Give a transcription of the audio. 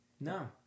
No